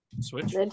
switch